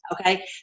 Okay